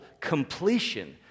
completion